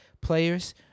players